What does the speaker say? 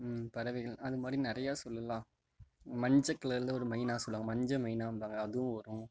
பறவைகள் அதுமாதிரி நிறையா சொல்லுலாம் மஞ்சக்கலரில் ஒரு மைனா சொல்லுவாங்க மஞ்ச மைனாம்பாங்க அதுவும் வரும்